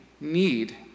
need